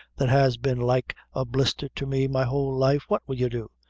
that has been like a blister to me my whole life what will you do?